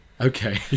Okay